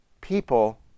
people